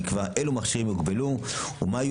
נקבע אלו מכשירים יוגבלו ומה יהיו